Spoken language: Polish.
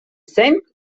sęk